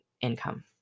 income